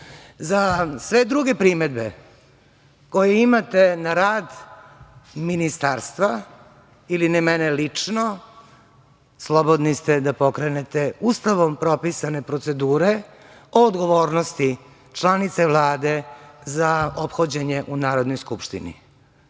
sve druge primedbe koje imate na rad ministarstva ili na mene lično, slobodni ste da pokrenete Ustavom propisane procedure o odgovornosti članice Vlade za ophođenje u Narodnoj skupštini.